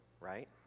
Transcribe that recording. right